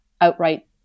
outright